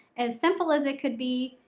as simple as it could be,